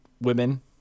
women